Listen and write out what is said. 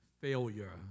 failure